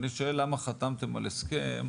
אני שואל למה חתמתם על הסכם,